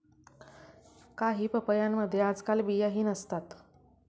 काही पपयांमध्ये आजकाल बियाही नसतात